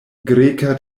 greka